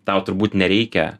tau turbūt nereikia